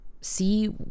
see